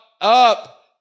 up